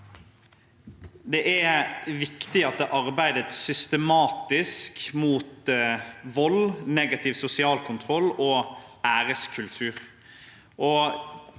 Det er viktig at det arbeides systematisk mot vold, negativ sosial kontroll og æreskultur.